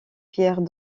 pierres